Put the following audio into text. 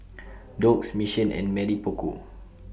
Doux Mission and Mamy Poko